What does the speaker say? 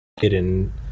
Hidden